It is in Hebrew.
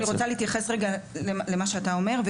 אני לקראת סוף דבריי.